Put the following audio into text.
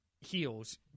heels